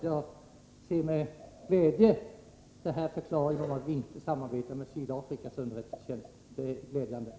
Jag hälsar med glädje förklaringen att vi inte samarbetar med Sydafrikas underrättelsetjänst.